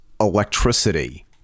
electricity